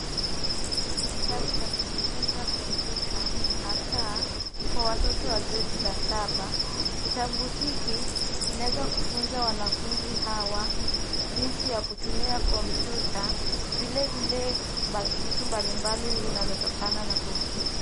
Hiki ni kitabu cha kujifunza kompyuta hasa kwa watoto wa gredi la saba. Kitabu hiki kinaweza kufunza wanafunzi hawa jinsi ya kutumia kompyuta. Vilevile vitu mbalimbali zinazotokana na kompyuta.